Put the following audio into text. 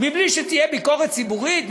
בלי שתהיה ביקורת ציבורית,